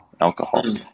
alcohol